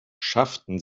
schafften